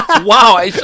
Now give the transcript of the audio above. Wow